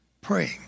praying